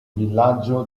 villaggio